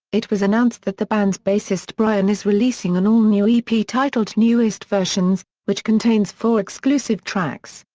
it was announced that the band's bassist bryan is releasing an all-new ep titled newest versions which contains four exclusive tracks,